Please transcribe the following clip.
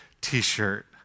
t-shirt